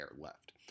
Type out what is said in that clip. left